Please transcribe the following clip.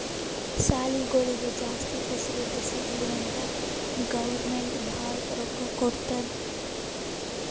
ಸಾಲಿಗೊಳಿಗ್ ಜಾಸ್ತಿ ಫೆಸಿಲಿಟಿ ಸಿಗ್ಲಿ ಅಂತ್ ಗೌರ್ಮೆಂಟ್ ಭಾಳ ರೊಕ್ಕಾ ಕೊಡ್ತುದ್